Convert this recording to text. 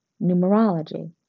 Numerology